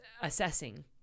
assessing